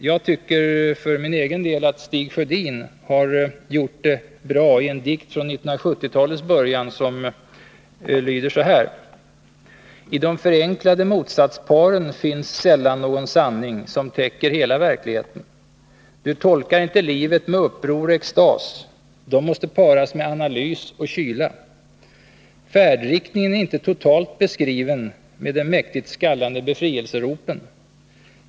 Jag tycker för min egen del att Stig Sjödin i en dikt från 1970-talets början har gjort det bra med de här orden: I de förenklade motsatsparen finns sällan någon sanning, som täcker hela verkligheten. Du tolkar inte livet med uppror och extas. De måste paras med analys och kyla. Färdriktningen är inte totalt beskriven med de mäktigt skallande befrielseropen.